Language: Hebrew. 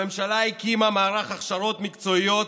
הממשלה הקימה מערך הכשרות מקצועיות,